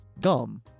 gum